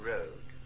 Road